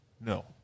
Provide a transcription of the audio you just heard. No